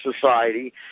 society